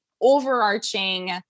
overarching